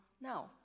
No